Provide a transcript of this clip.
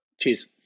Cheers